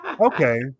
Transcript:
Okay